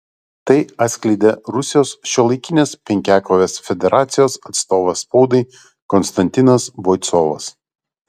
tai atskleidė rusijos šiuolaikinės penkiakovės federacijos atstovas spaudai konstantinas boicovas